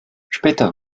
später